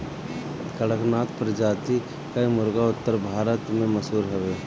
कड़कनाथ प्रजाति कअ मुर्गा उत्तर भारत में मशहूर हवे